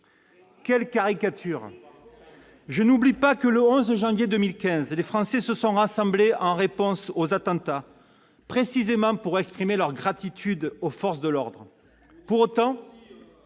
Quelle caricature ! Je n'oublie pas que, le 11 janvier 2015, les Français se sont rassemblés, en réponse aux attentats, précisément pour exprimer leur gratitude aux forces de l'ordre. Pour autant,